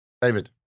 David